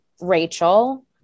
Rachel